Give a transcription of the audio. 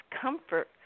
comfort